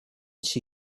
she